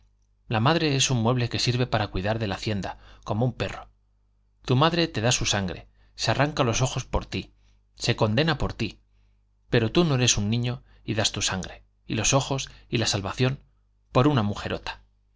la madre es un mueble que sirve para cuidar de la hacienda como un perro tu madre te da su sangre se arranca los ojos por ti se condena por ti pero tú no eres un niño y das tu sangre y los ojos y la salvación por una mujerota